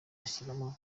ashyiramo